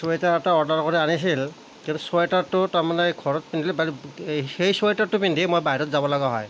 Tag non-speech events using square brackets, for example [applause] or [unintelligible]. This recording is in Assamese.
চুৱেটাৰ এটা অৰ্ডাৰ কৰি আনিছিল কিন্তু চুৱেটাৰটো তাৰমানে ঘৰত পিন্ধিলে [unintelligible] সেই চুৱেটাৰটো পিন্ধি মই বাহিৰত যাব লগা হয়